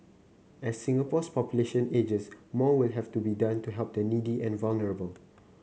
as Singapore's population ages more will have to be done to help the needy and vulnerable